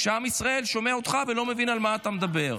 כשעם ישראל שומע אותך ולא מבין על מה אתה מדבר.